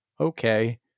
okay